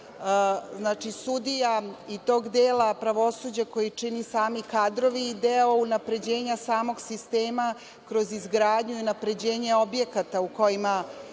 izbora sudija i tog dela pravosuđa koji čine i sami kadrovi i deo unapređenja samog sistema kroz izgradnju i unapređenje objekata u kojima